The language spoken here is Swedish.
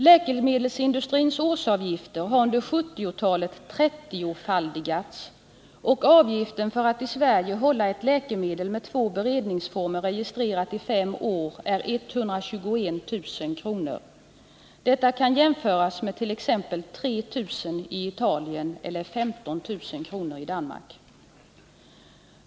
Läkemedelsindustrins årsavgifter har under 1970-talet trettiofaldigats, och avgiften för att i Sverige hålla ett läkemedel med två beredningsformer registrerat i fem år är 121 000 kr. Detta kan jämföras med t.ex. 3000 kr. i Italien eller 15 000 kr. i Danmark.